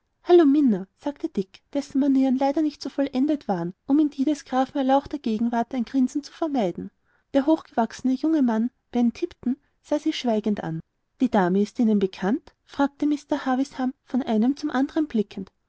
hallo minna sagte dick dessen manieren leider nicht so vollendet waren um in des grafen erlauchter gegenwart ein grinsen zu vermeiden der hochgewachsene junge mann ben tipton sah sie schweigend an die dame ist ihnen bekannt fragte mr havisham von einem zum andern blickend